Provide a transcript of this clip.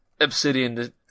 Obsidian